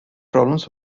problems